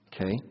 Okay